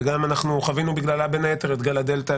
וגם אנחנו חווינו בגללה בין היתר את גל הדלתא,